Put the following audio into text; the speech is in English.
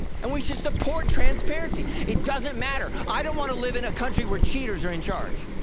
and we should support transparency, it doesn't matter, i don't wanna live in a country where cheaters are in charge.